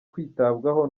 kwitabwaho